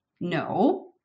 No